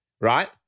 right